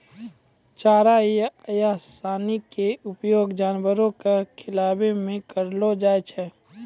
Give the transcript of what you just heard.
चारा या सानी के उपयोग जानवरों कॅ खिलाय मॅ करलो जाय छै